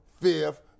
fifth